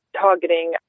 targeting